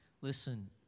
listen